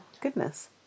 goodness